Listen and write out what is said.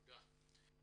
תודה.